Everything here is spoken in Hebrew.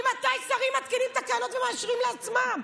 ממתי שרים מתקינים תקנות ומאשרים לעצמם?